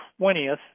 20th